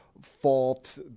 Fault